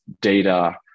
data